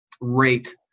rate